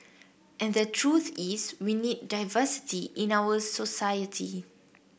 and the truth is we need diversity in our society